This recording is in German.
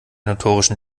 notorischen